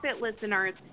listeners